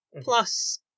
Plus